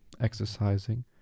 exercising